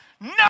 No